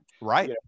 Right